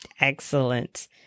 Excellent